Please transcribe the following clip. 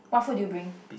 what food did you bring